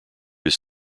his